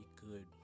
good